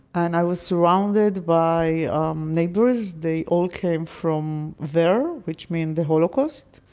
and i was surrounded by um neighbors. they all came from there, which mean the holocaust.